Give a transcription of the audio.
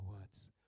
words